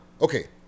okay